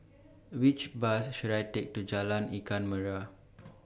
Which Bus should I Take to Jalan Ikan Merah